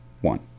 one